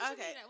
Okay